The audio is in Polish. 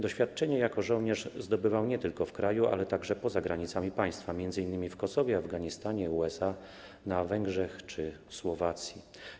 Doświadczenie jako żołnierz zdobywał nie tylko w kraju, ale także poza granicami państwa, m.in. w Kosowie, Afganistanie, USA, na Węgrzech czy Słowacji.